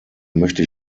möchte